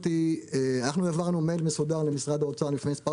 אנחנו העברנו מייל מסודר למשרד האוצר לפני כמה